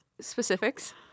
Specifics